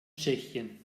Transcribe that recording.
tschechien